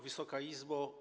Wysoka Izbo!